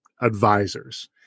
advisors